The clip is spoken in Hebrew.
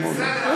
לא?